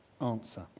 answer